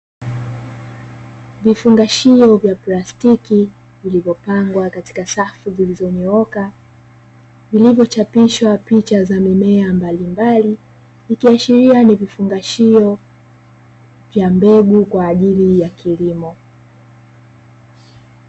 Vifungashio vya plastiki vilivyopangwa katika safu zilizonyooka, vilivyochapishwa picha za mimea mbalimbali, ikiashiria ni vifungashio vya mbegu kwa ajili ya kilimo.